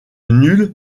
nulle